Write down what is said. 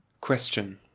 Question